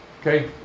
okay